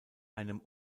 einem